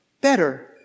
better